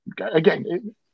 again